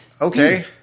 Okay